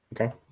Okay